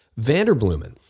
Vanderblumen